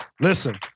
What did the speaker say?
Listen